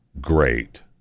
great